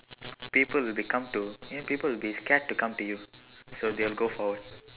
people will be come to you know people will be scared to come to you so they'll go for